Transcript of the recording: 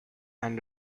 and